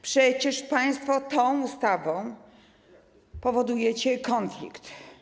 Przecież państwo tą ustawą wywołujecie konflikt.